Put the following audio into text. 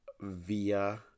via